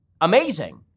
amazing